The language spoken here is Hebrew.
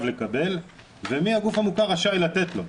לקבל ומי הגוף המוכר הרשאי לתת לו,